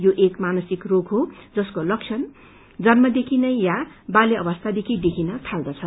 यो एक मानसिक रोग हो जसको लक्षण जन्मदेखि नै या वाल्यावस्थादेखि देखिन थाल्वछ